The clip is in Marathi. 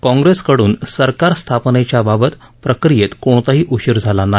काँग्रेसकडून सरकार स्थापनेबाबतच्या प्रक्रियेत कोणताही उशीर झाला नाही